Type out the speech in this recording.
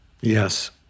Yes